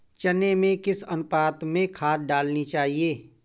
चने में किस अनुपात में खाद डालनी चाहिए?